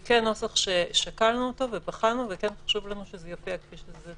זה כן נוסח ששקלנו ובחנו וכן חשוב לנו שזה יופיע כפי שזה מופיע.